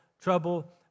trouble